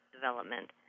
development